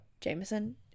Jameson